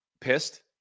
pissed